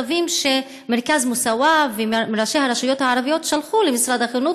זה מכתבים שמרכז מוסאוא וראשי הרשויות הערביות שלחו למשרד החינוך,